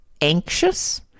anxious